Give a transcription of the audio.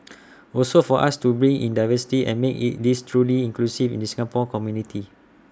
also for us to bring in the diversity and make IT this truly inclusive in the Singapore community